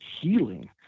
healing